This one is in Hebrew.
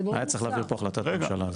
היה צריך להעביר פה החלטת ממשלה.